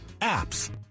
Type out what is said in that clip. APPS